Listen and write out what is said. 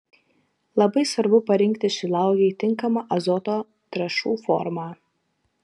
labai svarbu parinkti šilauogei tinkamą azoto trąšų formą